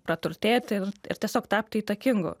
praturtėti ir ir tiesiog tapti įtakingu